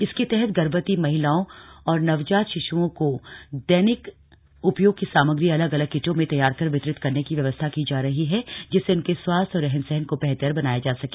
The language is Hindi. इसके तहत गर्भवती महिलाओं और नवजात शिश्ओं को दैनिक उपयोग की सामग्री अलग अलग किटों में तैयार कर वितरित करने की व्यवस्था की जा रही है जिससे उनके स्वास्थ्य और रहन सहन को बेहतर बनाया जा सके